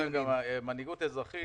יש הצעת חוק ש"מנהיגות אזרחית"